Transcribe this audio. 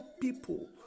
people